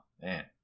man